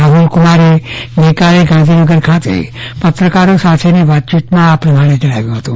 રાહુલ કુમારે ગઈકાલે ગાંધીનગર ખાતે પત્રકારો સાથેની વાતચીતમાં આ પ્રમાણે જણાવ્યું હતું